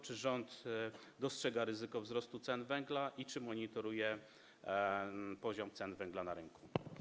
Czy rząd dostrzega ryzyko wzrostu cen węgla i czy monitoruje poziom cen węgla na rynku?